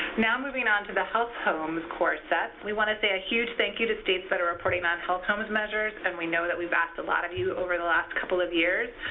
now moving on to the health home core sets, we want to say a huge thank you to states that are reporting on health home measures and we know we've asked a lot of you over the last couple of years.